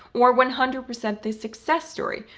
or one hundred percent the success story.